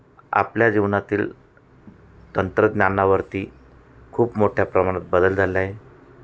आपल्या जीवनातील तंत्रज्ञानावरती खूप मोठ्या प्रमाणात बदल झालेला आहे